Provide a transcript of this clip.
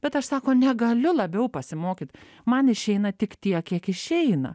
bet aš sako negaliu labiau pasimokyt man išeina tik tiek kiek išeina